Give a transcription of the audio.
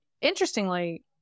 interestingly